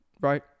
right